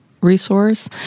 resource